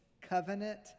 covenant